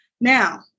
Now